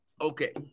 Okay